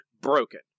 broken